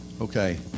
Okay